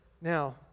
Now